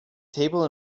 table